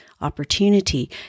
opportunity